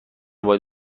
باید